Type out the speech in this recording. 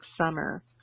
summer